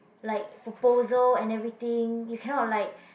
like proposal and everything you cannot like